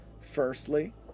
Firstly